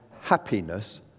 happiness